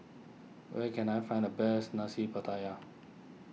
where can I find the best Nasi Pattaya